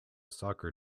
soccer